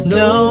no